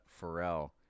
Pharrell